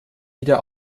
wieder